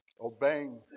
obeying